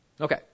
Okay